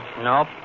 Nope